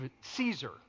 Caesar